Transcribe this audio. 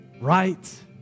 Right